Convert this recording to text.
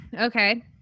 okay